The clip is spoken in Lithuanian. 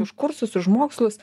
už kursus už mokslus